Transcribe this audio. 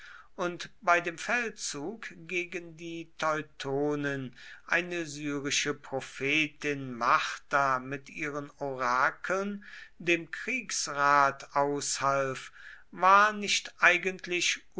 und bei dem feldzug gegen die teutonen eine syrische prophetin martha mit ihren orakeln dem kriegsrat aushalf war nicht eigentlich